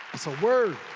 that's a word.